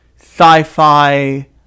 sci-fi